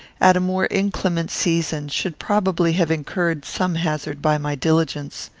at a more inclement season, should probably have incurred some hazard by my diligence.